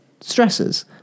stresses